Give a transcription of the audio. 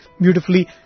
beautifully